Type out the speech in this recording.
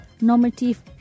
normative